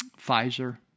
Pfizer